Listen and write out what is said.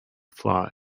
fly